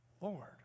Lord